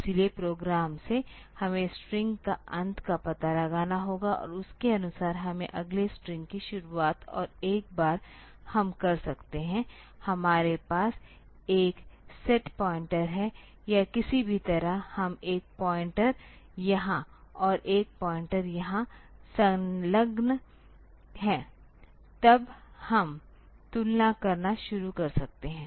इसलिए प्रोग्राम से हमें स्ट्रिंग के अंत का पता लगाना होगा और उसके अनुसार हमें अगले स्ट्रिंग की शुरुआत और एक बार हम कर सकते हैं हमारे पास एक सेट पॉइंटर है या किसी भी तरह हम एक पॉइंटर यहाँ और एक पॉइंटर यहाँ संलग्न हैं तब हम तुलना करना शुरू कर सकते हैं